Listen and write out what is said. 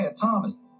Thomas